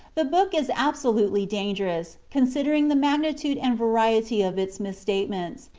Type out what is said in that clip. the book is absolutely dangerous, considering the magnitude and variety of its misstatements,